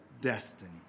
destiny